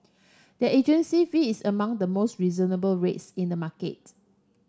their agency fee is among the most reasonable rates in the market